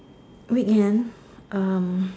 weekend um